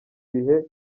bihe